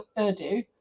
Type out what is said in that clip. Urdu